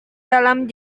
dalam